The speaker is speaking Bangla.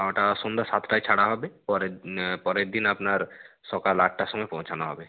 ওটা সন্ধ্যা সাতটায় ছাড়া হবে পরের পরের দিন আপনার সকাল আটটার সময় পৌঁছানো হবে